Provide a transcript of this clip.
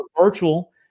virtual